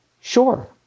Sure